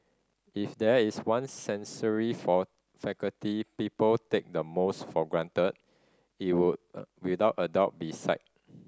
if there is one sensory for faculty people take the most for granted it would without a doubt be sight